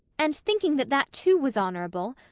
and, thinking that that too was honourable,